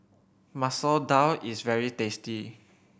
Masoor Dal is very tasty